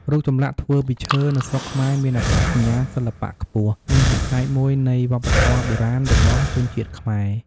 រូបចម្លាក់ធ្វើពីឈើ នៅស្រុកខ្មែរមានអត្តសញ្ញាណសិល្បៈខ្ពស់ និងជាផ្នែកមួយនៃវប្បធម៌បុរាណរបស់ជនជាតិខ្មែរ។